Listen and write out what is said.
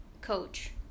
coach